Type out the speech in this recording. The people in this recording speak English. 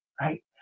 Right